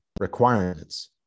requirements